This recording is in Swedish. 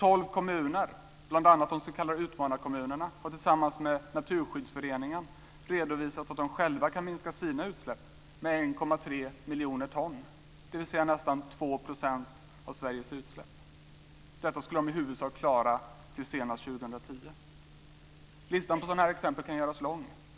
Tolv kommuner, bl.a. de s.k. utmanarkommunerna, har tillsammans med Naturskyddsföreningen redovisat att de själva kan minska sina utsläpp med 1,3 miljoner ton, dvs. nästan 2 % av Sveriges utsläpp. Detta skulle de i huvudsak klara till senast 2010. Listan på sådana här exempel kan göras lång.